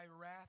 wrath